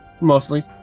mostly